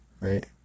right